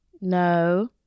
No